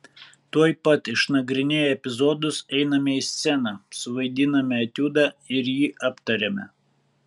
tuoj pat išnagrinėję epizodus einame į sceną suvaidiname etiudą ir jį aptariame